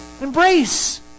Embrace